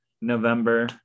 November